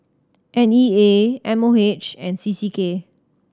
N E A M O H and C C K